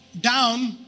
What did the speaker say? down